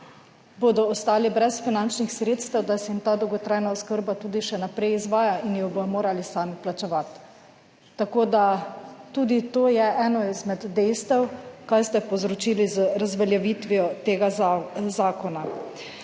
bodo ostali brez finančnih sredstev, da se jim ta dolgotrajna oskrba tudi še naprej izvaja in jo bodo morali sami plačevati. Tako da tudi to je eno izmed dejstev kaj ste povzročili z razveljavitvijo tega zakona.